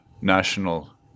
national